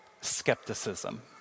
skepticism